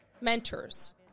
Mentors